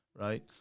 right